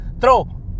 throw